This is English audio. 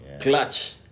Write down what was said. clutch